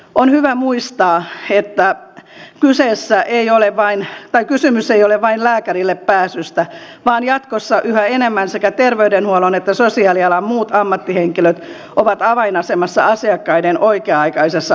on hyvä muistaa että kysymys ei ole vain lääkärille pääsystä vaan jatkossa yhä enemmän sekä terveydenhuollon että sosiaalialan muut ammattihenkilöt ovat avainasemassa asiakkaiden oikea aikaisessa auttamisessa